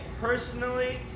personally